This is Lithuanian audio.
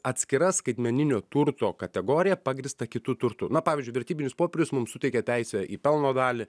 atskira skaitmeninio turto kategorija pagrįsta kitu turtu na pavyzdžiui vertybinius popierius mum suteikia teisę į pelno dalį